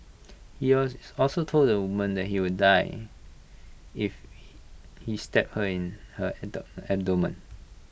he also told the woman that she would die if he stabbed her abdomen